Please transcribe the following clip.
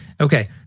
Okay